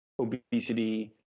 obesity